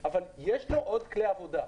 אבל יש לו עוד כלי עבודה.